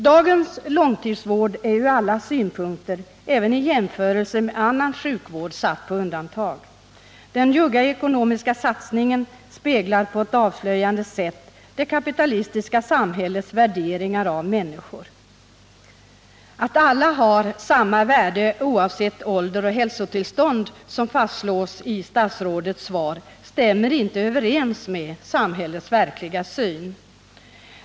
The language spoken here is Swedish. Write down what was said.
Dagens långtidsvård är från alla synpunkter — även i jämförelse med annan sjukvård — satt på undantag. Den njugga ekonomiska satsningen speglar på ett avslöjande sätt det kapitalistiska samhällets värderingar av människor. Att alla har samma värde oavsett ålder och hälsotillstånd, som det fastslås i statsrådets svar, stämmer inte överens med samhällets verkliga syn.